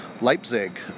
Leipzig